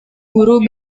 guru